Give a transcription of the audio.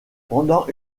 pendant